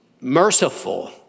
merciful